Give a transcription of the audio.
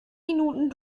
minuten